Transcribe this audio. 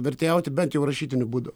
vertėjauti bent jau rašytiniu būdu